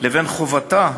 לבין חובתה